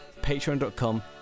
patreon.com